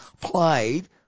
played